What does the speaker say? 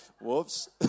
whoops